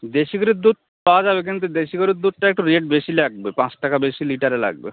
দেশী গরুর দুধ পাওয়া যাবে কিন্তু দেশী গরুর দুধটা একটু রেট বেশি লাগবে পাঁচ টাকা বেশি লিটারে লাগবে